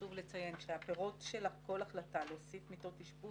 חשוב לציין שהפירות של כל החלטה להוסיף מיטות אשפוז,